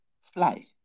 fly